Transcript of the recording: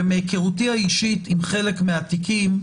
ומהיכרותי האישית עם חלק מהתיקים,